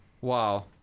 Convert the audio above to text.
Wow